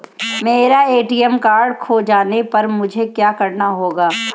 मेरा ATM card खो जाने पर मुझे क्या करना होगा?